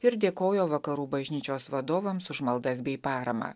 ir dėkojo vakarų bažnyčios vadovams už maldas bei paramą